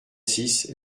six